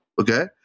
okay